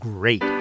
great